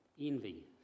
envy